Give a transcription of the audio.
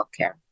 healthcare